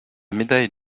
médaille